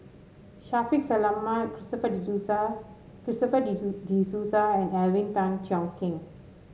Shaffiq Selamat Christopher De Souza Christopher De De Souza and Alvin Tan Cheong Kheng